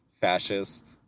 fascist